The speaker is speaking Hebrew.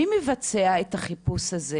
מי מבצע את החיפוש הזה?